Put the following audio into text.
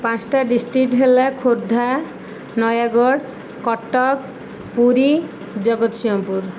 ପାଞ୍ଚଟା ଡିଷ୍ଟ୍ରିକ୍ଟ ହେଲା ଖୋର୍ଦ୍ଧା ନୟାଗଡ଼ କଟକ ପୁରୀ ଜଗତସିଂହପୁର